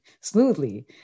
smoothly